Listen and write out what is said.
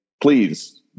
Please